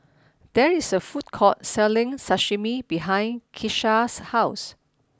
there is a food court selling Sashimi behind Kisha's house